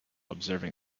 observing